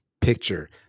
picture